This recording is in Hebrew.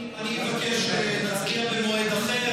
אני מבקש שנצביע במועד אחר,